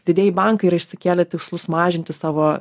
didieji bankai yra išsikėlę tikslus mažinti savo